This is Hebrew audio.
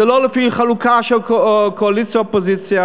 זה לא לפי חלוקה של קואליציה אופוזיציה.